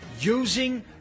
using